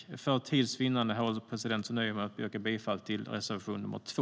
För tids vinnande, herr ålderspresident, nöjer jag mig med att yrka bifall till reservation nr 2.